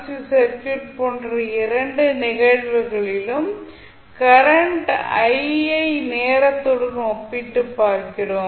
C circuit போன்ற இரண்டு நிகழ்வுகளிலும்கரண்ட் i ஐ நேரத்துடன் ஒப்பிட்டுப் பார்க்கிறோம்